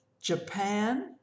Japan